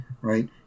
right